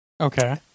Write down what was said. Okay